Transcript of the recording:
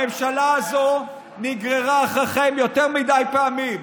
הממשלה הזאת נגררה אחריכם יותר מדי פעמים.